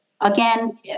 Again